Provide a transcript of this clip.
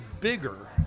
bigger